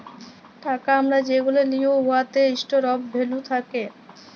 টাকা আমরা যেগুলা লিই উয়াতে ইস্টর অফ ভ্যালু থ্যাকে